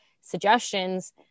suggestions